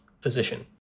position